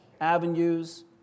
avenues